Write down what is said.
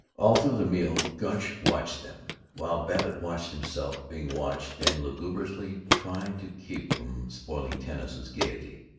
all through the meal gunch watched them, while babbitt watched himself being watched and lugubriously tried to keep from spoiling tanis's gaiety.